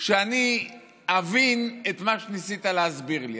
שאני אבין את מה שניסית להסביר לי?